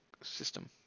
system